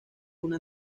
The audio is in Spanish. una